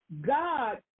God